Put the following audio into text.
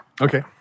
Okay